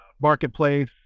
marketplace